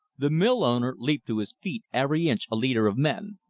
the mill-owner leaped to his feet every inch a leader of men.